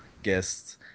guests